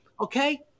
Okay